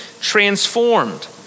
transformed